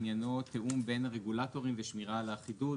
עניינו "תיאום בין הרגולטורים ושמירה על אחידות".